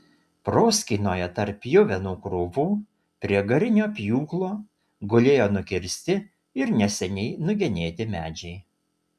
proskynoje tarp pjuvenų krūvų prie garinio pjūklo gulėjo nukirsti ir neseniai nugenėti medžiai